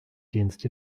dienst